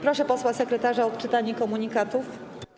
Proszę posła sekretarza o odczytanie komunikatu.